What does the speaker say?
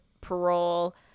parole